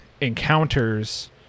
encounters